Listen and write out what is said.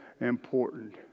important